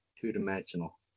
two-dimensional